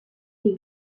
des